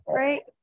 right